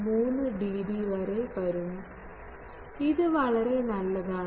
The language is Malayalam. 3 ഡിബി വരെ വരും ഇത് വളരെ നല്ലതാണ്